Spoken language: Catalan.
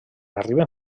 arriben